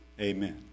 Amen